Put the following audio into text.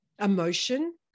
emotion